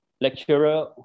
lecturer